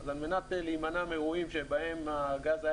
על מנת להימנע מאירועים שבהם הגז היה